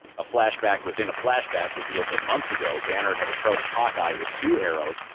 a flashback within a flashback revealed that months ago, banner had approached hawkeye with two arrows,